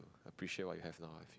appreciate what you have now I feel